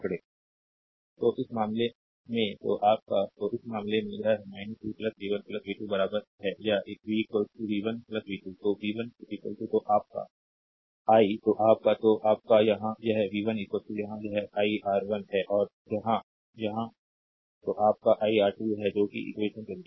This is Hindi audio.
स्लाइड टाइम देखें 1708 तो इस मामले में तो आप का तो इस मामले में यह है v v 1 v 2 बराबर है या v v 1 v 2 तो v 1 तो आप का i तो आप का तो आप का यहाँ यह v 1 यहाँ यह iR1 है और यहाँ यह तो आप का iR2 है जो कि इक्वेशन 20 है